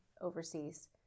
overseas